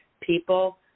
people